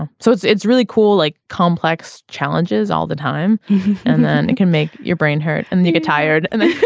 and so it's it's really cool like complex challenges all the time and then it can make your brain hurt and you get tired and then